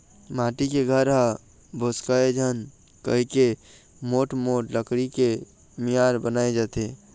माटी के घर ह भोसकय झन कहिके मोठ मोठ लकड़ी के मियार बनाए जाथे